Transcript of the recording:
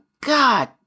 God